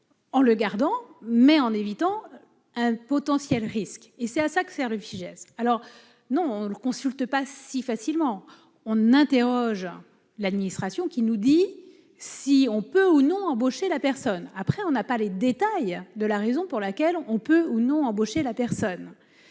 en le gardant mais en évitant un potentiel risque et c'est à ça que sert le Fijais alors non on le consulte pas si facilement, on interroge l'administration qui nous dit : si on peut ou non embaucher la personne après, on n'a pas les détails de la raison pour laquelle on peut ou non embaucher la personne